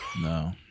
No